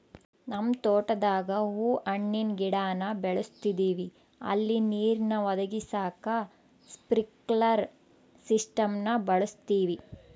ನಮ್ ತೋಟುದಾಗ ಹೂವು ಹಣ್ಣಿನ್ ಗಿಡಾನ ಬೆಳುಸ್ತದಿವಿ ಅಲ್ಲಿ ನೀರ್ನ ಒದಗಿಸಾಕ ಸ್ಪ್ರಿನ್ಕ್ಲೆರ್ ಸಿಸ್ಟಮ್ನ ಬಳುಸ್ತೀವಿ